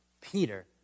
Peter